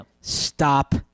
Stop